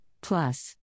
Plus